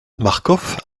marcof